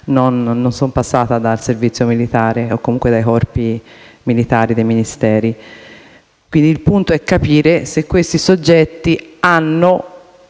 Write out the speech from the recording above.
non sono passata dal servizio militare o dai corpi militari dei Ministeri. Il punto è capire se questi soggetti hanno